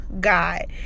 God